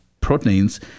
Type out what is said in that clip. proteins